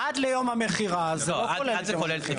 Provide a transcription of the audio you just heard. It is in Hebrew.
"עד ליום המכירה" זה לא כולל את יום המכירה.